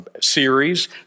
series